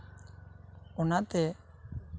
ᱚᱱᱟᱛᱮ